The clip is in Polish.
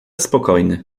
spokojny